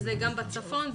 גם בצפון,